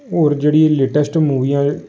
होर जेह्ड़ी लेटैस्ट मूवियां